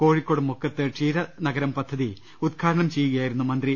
കോഴിക്കോട് മുക്കത്ത് ക്ഷീര നഗരം പദ്ധതി ഉദ്ഘാടനം ചെയ്യുകയായിരുന്നു മന്ത്രി